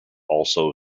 also